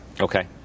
Okay